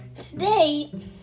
today